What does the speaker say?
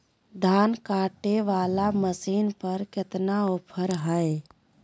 धान कटे बाला मसीन पर कतना ऑफर हाय?